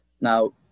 Now